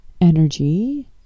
energy